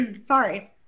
Sorry